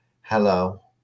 hello